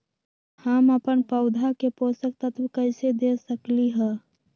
हम अपन पौधा के पोषक तत्व कैसे दे सकली ह?